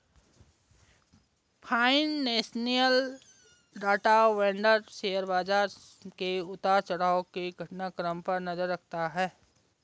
financial data vendor share बाजार के उतार चढ़ाव के घटनाक्रम पर नजर रखता है